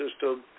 system